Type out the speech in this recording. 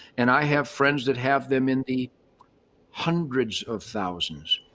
and i have friends that have them in the hundreds of thousands.